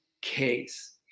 case